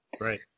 Right